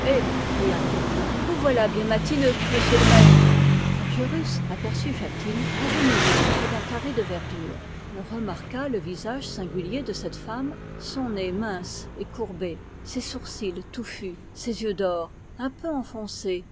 cria quelqu'un vous voilà bien matineux monsieur le maître forgerus aperçut jacquine agenouillé près d'un carré de verdure il remarqua le visage singulier de cette femme son nez mince et courbé ses sourcils touffus ses yeux d'or un peu enfoncés